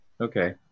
Okay